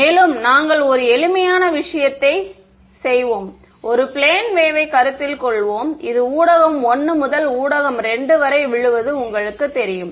மேலும் நாங்கள் ஒரு எளிமையான விஷயத்தை செய்வோம் ஒரு பிளேன் வேவ்வை கருத்தில் கொள்வோம் இது ஊடகம் 1 முதல் ஊடகம் 2 வரை விழுவது உங்களுக்குத் தெரியும்